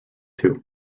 too